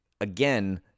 again